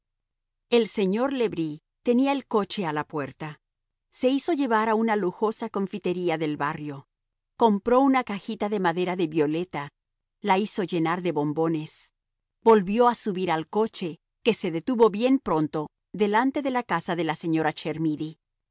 el señor le bris tenía el coche a la puerta se hizo llevar a una lujosa confitería del barrio compró una cajita de madera de violeta la hizo llenar de bombones volvió a subir al coche que se detuvo bien pronto delante de la casa de la señora chermidy